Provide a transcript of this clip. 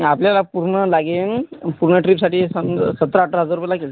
आपल्याला पूर्ण लागेन पूर्ण ट्रिपसाठी समजा सतरा अठरा हजार रुपये लागेल